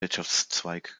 wirtschaftszweig